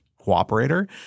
cooperator